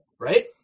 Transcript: right